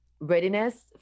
readiness